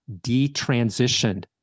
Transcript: detransitioned